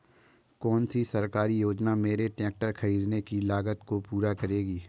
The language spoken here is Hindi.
कौन सी सरकारी योजना मेरे ट्रैक्टर ख़रीदने की लागत को पूरा करेगी?